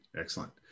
excellent